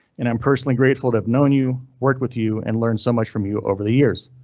and i'm personally grateful to have known you work with you and learn so much from you over the years.